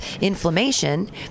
inflammation